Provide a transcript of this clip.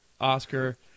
Oscar